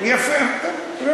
יפה.